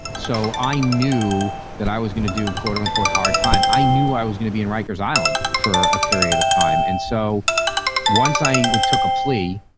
so i knew that i was going to do, quote unquote, hard time. i knew i was going to be in rikers island for a period of time. and so once i took a plea,